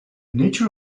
nature